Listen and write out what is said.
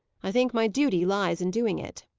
i think my duty lies in doing it.